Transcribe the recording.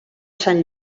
sant